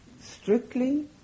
strictly